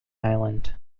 island